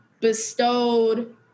bestowed